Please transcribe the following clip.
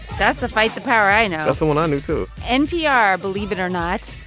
that's the fight the power i know that's the one i knew, too npr, believe it or not,